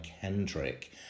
Kendrick